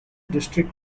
district